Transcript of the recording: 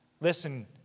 listen